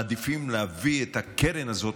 מעדיפים להביא את הקרן הזאת,